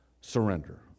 surrender